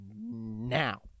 now